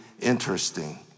interesting